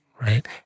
right